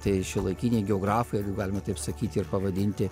tai šiuolaikiniai geografai jeigu galima taip sakyti ir pavadinti